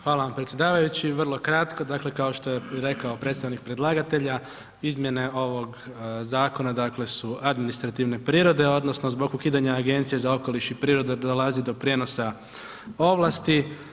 Hvala vam predsjedavajući, vrlo kratko, dakle kao što je rekao predstavnik predlagatelja izmjene ovog zakona dakle su administrativne prirode, odnosno zbog ukidanje Agencije za okoliš i prirodu jer dolazi do prijenosa ovlasti.